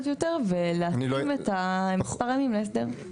יותר ולהתאים את מספר הימים להסדר.